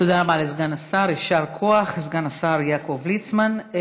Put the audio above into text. תודה רבה לסגן השר יעקב ליצמן.